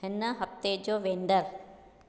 हिन हफ़्ते जो वेंदर